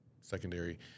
secondary